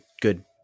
good